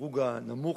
בדירוג הנמוך,